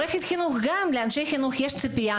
וגם לאנשי החינוך יש ציפייה,